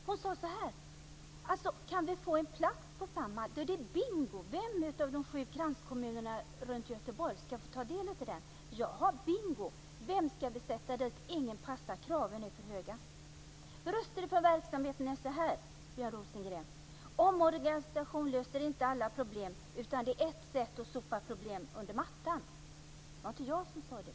Hon sade så här: Kan vi få en plats på Samhall är det bingo. Vilken av de sju kranskommunerna runt Göteborg ska få ta del av den? Bingo! Vem ska vi sätta där? Ingen passar; kraven är för höga. Röster från verksamheten låter så här, Björn Rosengren: Omorganisation löser inte alla problem, utan det är ett sätt att sopa problem under mattan. Det var inte jag som sade det.